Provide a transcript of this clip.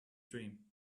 dream